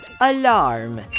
alarm